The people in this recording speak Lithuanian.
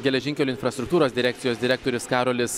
geležinkelių infrastruktūros direkcijos direktorius karolis